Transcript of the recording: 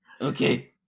Okay